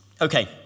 Okay